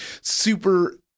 super